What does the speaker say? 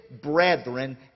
brethren